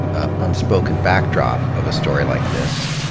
ah unspoken backdrop of a story like this,